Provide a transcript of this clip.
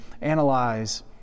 analyze